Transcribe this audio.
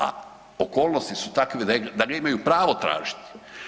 A okolnosti su takve da ga imaju pravo tražiti.